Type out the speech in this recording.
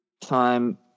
time